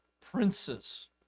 princes